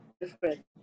different